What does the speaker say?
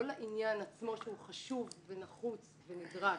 לא לעניין עצמו שהוא חשוב ונחוץ ונדרש,